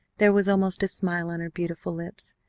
there was almost a smile on her beautiful lips,